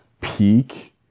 peak